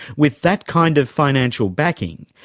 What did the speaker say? with that kind of financial backing,